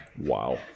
Wow